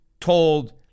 told